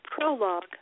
prologue